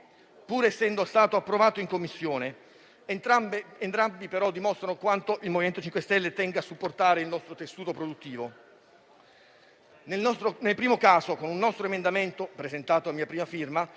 pur essendo stato approvato in Commissione. Entrambi però dimostrano quanto il MoVimento 5 Stelle tenga a supportare il nostro tessuto produttivo. Nel primo caso, con un nostro emendamento presentato a mia prima firma,